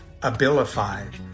Abilify